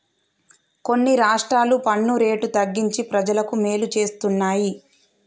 కొన్ని రాష్ట్రాలు పన్ను రేటు తగ్గించి ప్రజలకు మేలు చేస్తున్నాయి